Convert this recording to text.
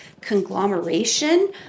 conglomeration